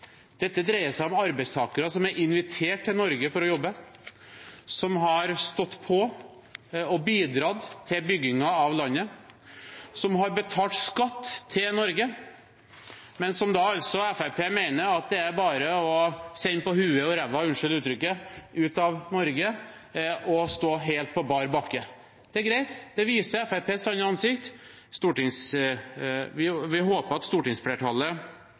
Dette dreier seg om arbeidstakere som er invitert til Norge for å jobbe, som har stått på og bidratt til byggingen av landet, som har betalt skatt til Norge, men som Fremskrittspartiet mener at det bare er å sende på huet og ræva – unnskyld uttrykket – ut av Norge for å stå helt på bar bakke. Det er greit – det viser Fremskrittspartiets sanne ansikt. Vi håper at stortingsflertallet